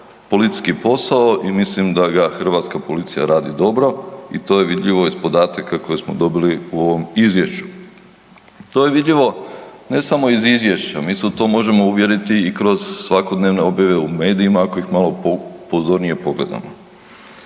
policijski posao i mislim da ga hrvatska policija radi dobro i to je vidljivo iz podataka koje smo dobili u ovom izvješću. To je vidljivo ne samo iz izvješća mi se u to možemo uvjeriti i kroz svakodnevne objave u medijima ako ih malo pozornije pogledamo